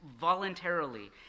voluntarily